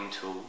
tool